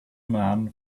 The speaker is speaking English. man